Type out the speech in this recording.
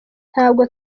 ntabwo